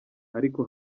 ariko